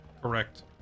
Correct